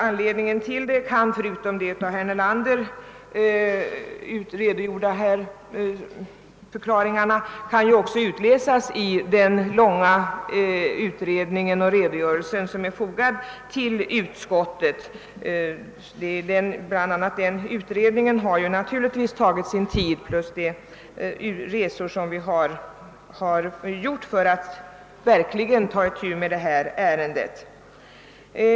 Anledningen till detta har som sagt herr Nelander redan redogjort för, och den kan också utläsas av den gjorda utredningen och den redogörelse som är fogad till utskottsutlåtandet. Utredningen har naturligtvis tagit sin tid liksom de resor vi gjort för att verkligen kunna ta itu med denna fråga.